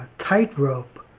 tightrope